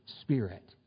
spirit